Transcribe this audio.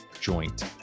joint